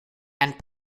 and